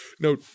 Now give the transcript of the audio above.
no